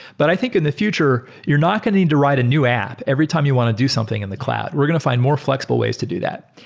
but i think in the future, you're not going to need to write a new app every time you want to do something in the cloud. we're going to find more flexible ways to do that.